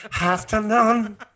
afternoon